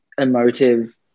emotive